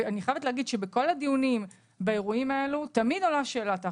אני חייבת להגיד שבכל הדיונים באירועים האלו תמיד עולה שאלת האחריות,